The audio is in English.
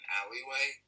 alleyway